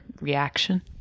reaction